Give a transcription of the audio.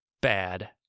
bad